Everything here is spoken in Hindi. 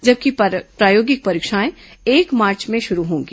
जबकि प्रायोगिक परीक्षाएं एक मार्च में शुरू होंगी